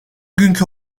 günkü